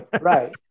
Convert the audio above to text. right